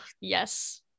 yes